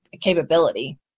capability